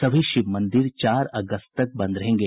सभी शिव मंदिर चार अगस्त तक बंद रहेंगे